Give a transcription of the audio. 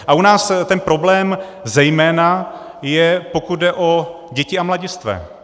A u nás ten problém zejména je, pokud jde o děti a mladistvé.